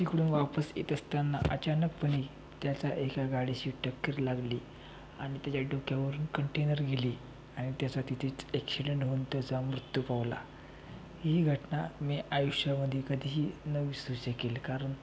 तिकडून वापस एत असताना अचानकपने त्याचा एका गाडीशी टक्कर लागली आनि त्याच्या डोक्यावरून कंटेनर गेली आनि त्याचा तिथेच ॲक्सिडंट होऊन त्याचा मृत्यू पावला ही घटना मी आयुष्यामदे कधीही न विसरू शकेल कारन